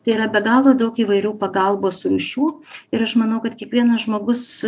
tai yra be galo daug įvairių pagalbos rūšių ir aš manau kad kiekvienas žmogus